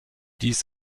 dies